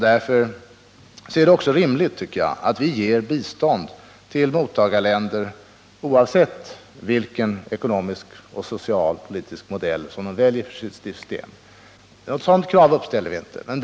Därför är det också rimligt, tycker jag, att vi ger bistånd till mottagarländer oavsett vilken social, ekonomisk och politisk modell de väljer för sitt system. Några sådana krav uppställer vi alltså inte.